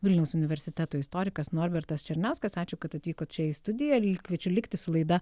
vilniaus universiteto istorikas norbertas černiauskas ačiū kad atvykot čia į studiją lyg kviečiu likti su laida